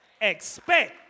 Expect